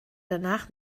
danach